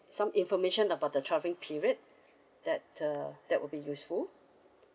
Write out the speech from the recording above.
some information about the travelling period that uh that would be useful